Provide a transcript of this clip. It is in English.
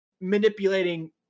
manipulating